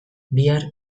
bihar